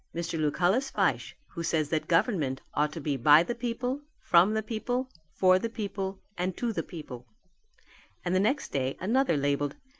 mr. lucullus fyshe, who says that government ought to be by the people, from the people, for the people and to the people and the next day another labelled.